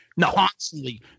Constantly